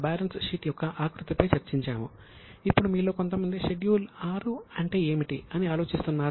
తరువాత మనము schedule VI లను సూచిస్తుంది